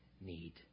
need